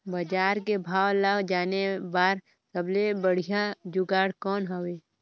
बजार के भाव ला जाने बार सबले बढ़िया जुगाड़ कौन हवय?